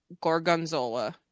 Gorgonzola